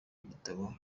igitaramo